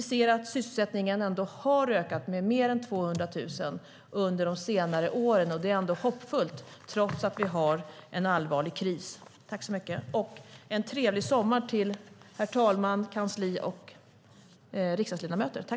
Vi ser att sysselsättningen har ökat med 200 000 de senare åren, och det är hoppfullt trots att vi har en allvarlig kris. Jag önskar en trevlig sommar till herr talmannen, kansliet och riksdagsledamöterna.